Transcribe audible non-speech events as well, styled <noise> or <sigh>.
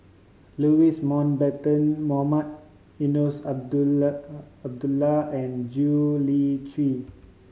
Louis Mountbatten Mohamed Eunos <unintelligible> Abdullah and Gwee Li Sui